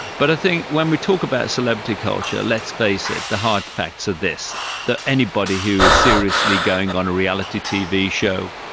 but i think when we talk about celebrity culture, let's face it, the hard facts are this that anybody who is seriously going on a reality tv show,